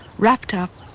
wrapped up,